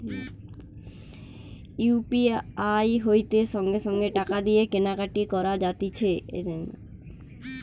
UPI হইতে সঙ্গে সঙ্গে টাকা দিয়ে কেনা কাটি করা যাতিছে